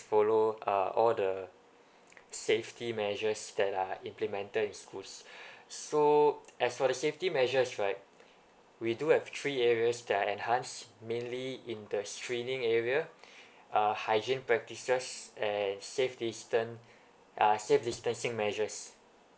follow uh all the safety measures that are implemented in schools so as for the safety measures right we do have three areas that are enhanced mainly in the screening area uh hygiene practices and safety distant uh safe distancing measures